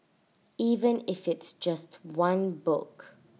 even if it's just one book